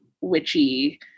witchy